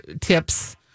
tips